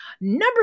number